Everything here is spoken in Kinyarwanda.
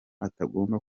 atagomba